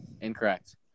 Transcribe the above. Incorrect